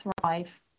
thrive